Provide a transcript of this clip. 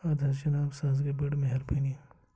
اَدٕ حظ جِناب سُہ حظ گٔے بٔڑ مہربٲنی